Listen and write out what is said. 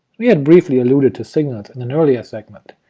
we had briefly alluded to signals in an earlier segment,